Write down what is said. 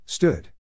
Stood